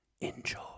Enjoy